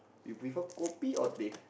you prefer kopi or teh